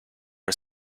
for